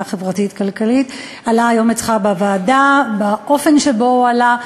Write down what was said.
חברתית-כלכלית עלה היום אצלך בוועדה באופן שבו הוא עלה.